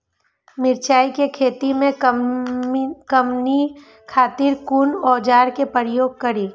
मिरचाई के खेती में कमनी खातिर कुन औजार के प्रयोग करी?